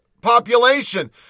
population